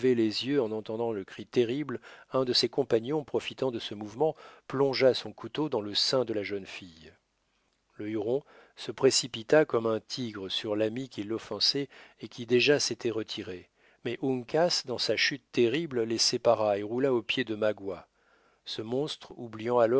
les yeux en entendant le cri terrible un de ses compagnons profitant de ce mouvement plongea son couteau dans le sein de la jeune fille le huron se précipita comme un tigre sur l'ami qui l'offensait et qui déjà s'était retiré mais uncas dans sa chute terrible les sépara et roula aux pieds de magua ce monstre oubliant